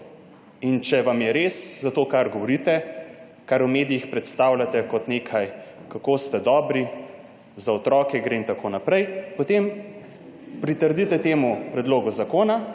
In če vam je res za to, kar govorite, kar v medijih predstavljate kot nekaj, kako ste dobri, za otroke gre in tako naprej, potem pritrdite temu predlogu zakona,